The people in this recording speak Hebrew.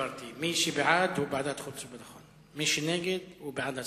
מי שנגד הוא בעד הסרה.